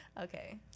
Okay